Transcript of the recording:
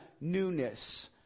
newness